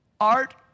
Art